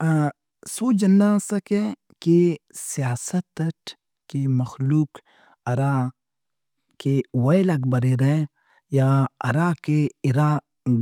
آ- سوج ہنّا اسکہ کہ سیاست اٹ کہ مخلوق ہراکہ ویلاک بریرہ یا ہراکہ اِرا